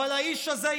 אבל האיש הזה,